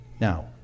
Now